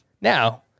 Now